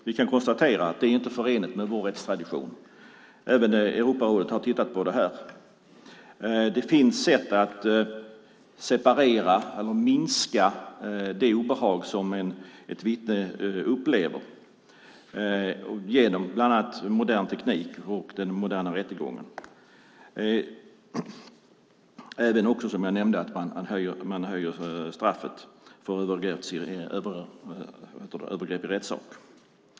Vi kan konstatera att det inte är förenligt med vår rättstradition. Även Europarådet har tittat på detta. Det finns sätt att minska det obehag som ett vittne upplever genom bland annat modern teknik och den moderna rättegången. Man höjer också straffet för övergrepp i rättssak.